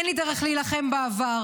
אין לי דרך להילחם בעבר.